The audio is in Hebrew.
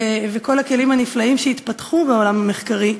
וכל הכלים הנפלאים שהתפתחו בעולם המחקרי,